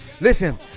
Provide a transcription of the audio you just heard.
Listen